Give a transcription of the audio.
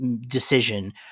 decision